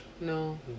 No